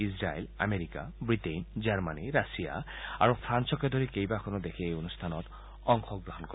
Israel America Britain Germany Russia আৰু ফালকে ধৰি কেইবাখনো দেশে এই অনুষ্ঠানত অংশগ্ৰহণ কৰিব